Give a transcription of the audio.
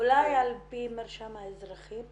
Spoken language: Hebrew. אולי על פי מרשם האזרחים.